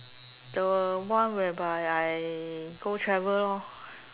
the one whereby I go travel lor